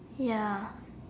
ya